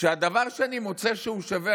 שהדבר שאני מוצא שהוא שווה,